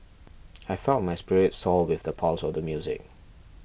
I felt my spirits soar with the pulse of the music